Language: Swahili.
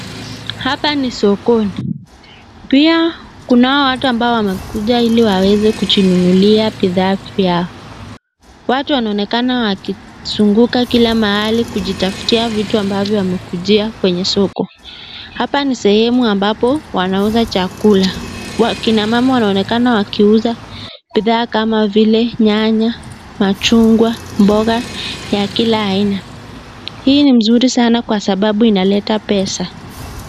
Hapa ni sokoni. Pia kuna hao watu ambao wamekuja ili waweze kujinunulia bidhaa pia. Watu wanaonekana wakizunguka kila mahali kujitafutia vitu ambavyo wamekuja kwenye soko. Hapa ni sehemu ambapo wanauza chakula. Kina mama wanaonekana wakiuza bidhaa kama vile nyanya, machungwa, mboga ya kila aina. Hii ni mzuri sana kwa sababu inaleta pesa.